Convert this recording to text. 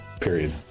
Period